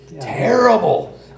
terrible